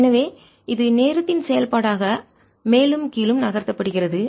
எனவே இது நேரத்தின் செயல்பாடாக மேலும் கீழும் நகர்த்தப்படுகிறது